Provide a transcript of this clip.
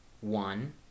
one